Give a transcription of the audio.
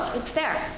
it's there,